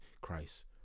Christ